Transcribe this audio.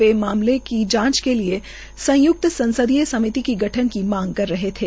वे मामले की जांच के लिए संयुक्त संसदीय समिति के गठन की मांग कर रहे थे